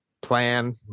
plan